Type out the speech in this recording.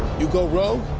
you go rogue,